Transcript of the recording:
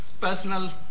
personal